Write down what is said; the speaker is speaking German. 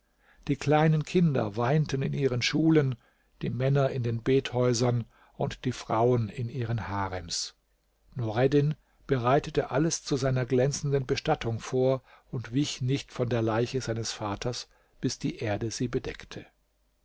die kleinen kinder weinten in ihren schulen die männer in den bethäusern und die frauen in ihren harems nureddin bereitete alles zu seiner glänzenden bestattung vor und wich nicht von der leiche seines vaters bis die erde sie bedeckte